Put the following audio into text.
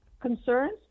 concerns